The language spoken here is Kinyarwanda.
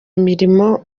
imirimo